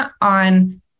on